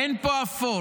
אין פה אפור,